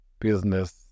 business